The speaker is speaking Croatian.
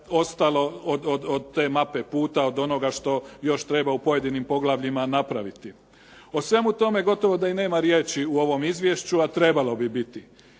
ostalo od te mape puta, od onoga što još treba u pojedinim poglavljima napraviti. O svemu tome gotovo da i nema riječi u ovom izvješću, a trebalo bi biti.